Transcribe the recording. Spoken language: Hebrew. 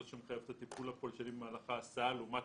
שמחייבת את הטיפול הפולשני במהלך ההסעה לעומת